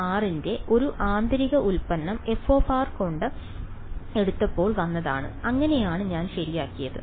tm ന്റെ ഒരു ആന്തരിക ഉൽപ്പന്നം f കൊണ്ട് എടുത്തപ്പോൾ വന്നതാണ് അങ്ങനെയാണ് ഞാൻ ശരിയാക്കിയത്